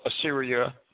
Assyria